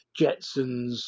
Jetsons